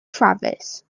travis